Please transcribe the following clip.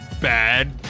Bad